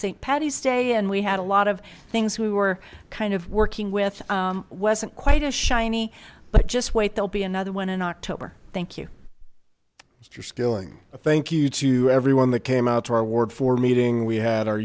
saint patty's day and we had a lot of things we were kind of working with wasn't quite as shiny but just wait there'll be another one in october thank you mister skilling thank you to everyone that came out to our ward for meeting we had our